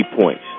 points